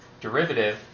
derivative